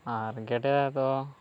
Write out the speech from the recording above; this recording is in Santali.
ᱟᱨ ᱜᱮᱰᱮ ᱫᱚ